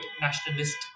nationalist